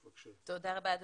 תודה רבה על